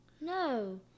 No